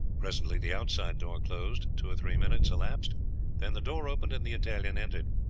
presently the outside door closed, two or three minutes elapsed then the door opened and the italian entered.